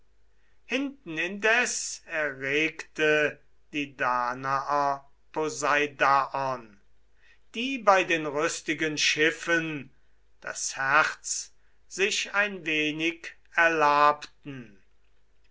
hinten indes erregte die danaer poseidaon die bei den rüstigen schiffen das herz sich ein wenig erlabten